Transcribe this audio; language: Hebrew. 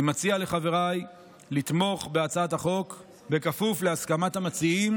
אציע לחבריי לתמוך בהצעת החוק בכפוף להסכמת המציעים